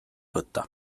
võtta